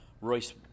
Royce